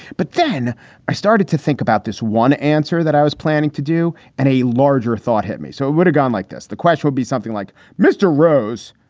but then i started to think about this one answer that i was planning to do, and a larger thought hit me so it would've gone like this. the question would be something like mr. rose.